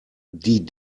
die